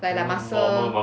like the muscle